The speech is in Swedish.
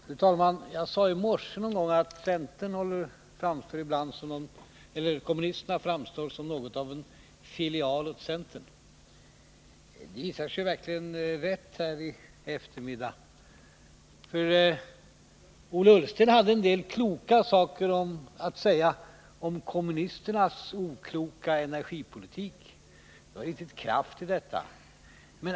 Fru talman! Jag sade i morse att vpk framstår som något av en filial åt centern. Det har i eftermiddag verkligen visat sig vara riktigt. Ola Ullsten hade en del kloka saker att säga om kommunisternas okloka energipolitik. Det låg verkligen kraft i de uttalandena.